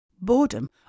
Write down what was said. boredom